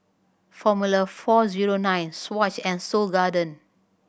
Formula Four Zero Nine Swatch and Seoul Garden